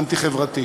אנטי-חברתית.